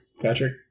Patrick